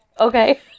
okay